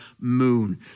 moon